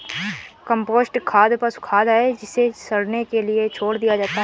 compost खाद पशु खाद है जिसे सड़ने के लिए छोड़ दिया जाता है